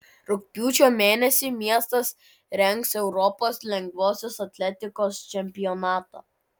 rugpjūčio mėnesį miestas rengs europos lengvosios atletikos čempionatą